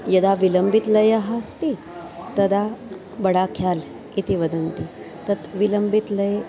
यदा विलम्बितलयः अस्ति तदा बडाख्याल् इति वदन्ति तत् विलम्बितलये